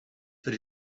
but